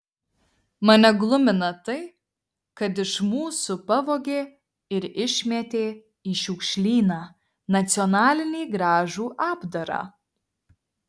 mane glumina tai kad iš mūsų pavogė ir išmetė į šiukšlyną nacionalinį gražų apdarą